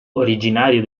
originario